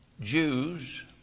Jews